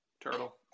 Turtle